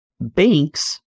banks